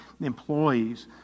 employees